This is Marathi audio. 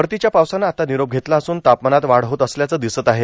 परतीच्या पावसानं आता निरोप घेतला असून तापमानात वाढ होत असल्याचं दिसत आहे